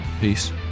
Peace